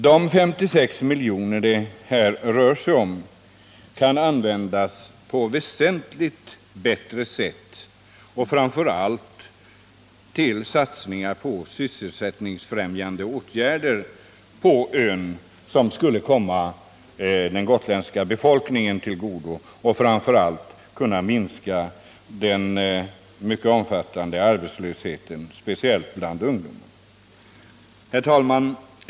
De 56 miljoner det här rör sig om kan användas på väsentligt bättre sätt, framför allt till satsningar på sysselsättningsfrämjande åtgärder på ön, något som skulle komma den gotländska befolkningen till godo och kunna minska arbetslösheten som är mycket omfattande, speciellt bland ungdom. Herr talman!